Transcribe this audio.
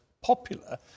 popular